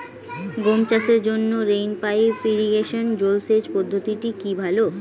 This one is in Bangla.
গম চাষের জন্য রেইন পাইপ ইরিগেশন জলসেচ পদ্ধতিটি কি ভালো?